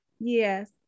yes